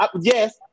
Yes